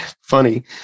funny